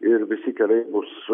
ir visi keliai bus